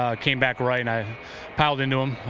ah came back right. i piled into him.